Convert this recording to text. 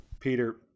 peter